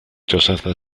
joseph